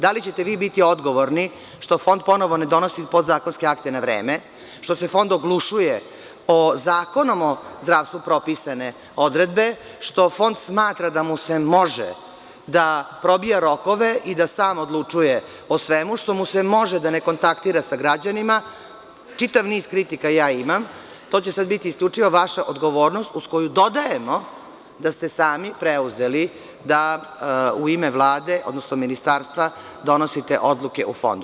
Da li ćete vi biti odgovorni što Fond ponovo ne donosi podzakonske akte na vreme, što se Fond oglušuje o Zakonom ozdravstvu propisane odredbe, što Fond smatra da mu se može da probija rokove i da sam odlučuje o svemu što mu se može, da ne kontaktira sa građanima, čitav niz kritika ja imam, to će sada biti isključivo vaša odgovornost, uz koju dodajemo da ste sami preuzeli da u ime Vlade, odnosno Ministarstva, donosite odluke o Fondu.